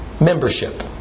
membership